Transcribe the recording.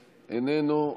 איננו.